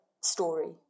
story